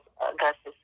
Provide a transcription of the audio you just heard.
augustus